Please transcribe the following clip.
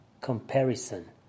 Comparison